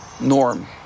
norm